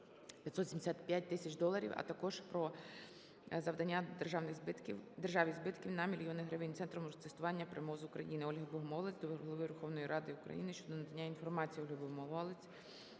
575 тисяч доларів, а також про завдання державі збитків на мільйони гривень Центром тестування при МОЗ України. Ольги Богомолець до Голови Верховної Ради України щодо надання інформації. Ольги Богомолець